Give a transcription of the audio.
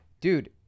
dude